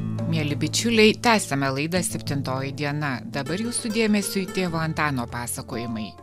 mieli bičiuliai tęsiame laidą septintoji diena dabar jūsų dėmesiui tėvo antano pasakojimai